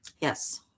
Yes